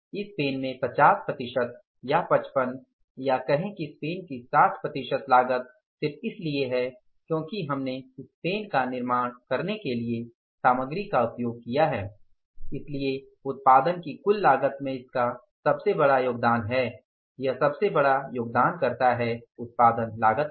इस पेन में पचास प्रतिशत या पचपन या कहें कि इस पेन की साठ प्रतिशत लागत सिर्फ इसलिए है क्योंकि हमने इस पेन का निर्माण करने के लिए सामग्री का उपयोग किया है इसलिए उत्पादन की कुल लागत में इसका सबसे बड़ा योगदान है यह सबसे बड़ा योगदानकर्ता है उत्पादन लागत में